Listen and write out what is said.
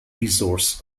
resource